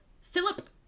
Philip